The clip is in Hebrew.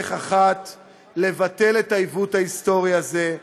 לבטל את העיוות ההיסטורי הזה: